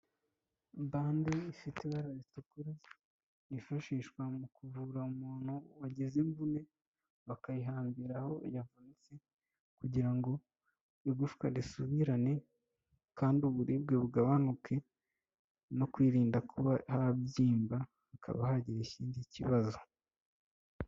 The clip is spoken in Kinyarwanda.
Bande ifite ibara ritukura yifashishwa mu kuvura umuntu wagize imvune, bakayihambira aho yavunitse, kugira ngo igufwa risubirane kandi uburibwe bugabanuke no kwirinda kuba habyimba hakaba hagira ikindi kibazo.